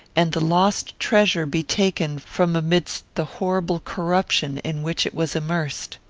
and the lost treasure be taken from amidst the horrible corruption in which it was immersed?